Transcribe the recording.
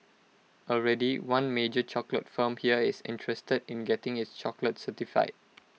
already one major chocolate firm here is interested in getting its chocolates certified